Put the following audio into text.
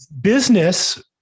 business